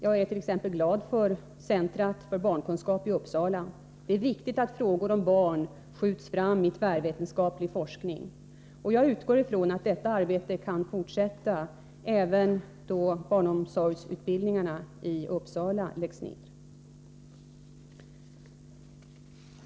Jag är t.ex. glad för att vi har centret för barnkunskap i Uppsala. Det är viktigt att frågor om barn skjuts fram inom tvärvetenskaplig forskning, och jag utgår ifrån att detta arbete kan fortsätta även efter det att barnomsorgsutbildningarna i Uppsala lagts ner.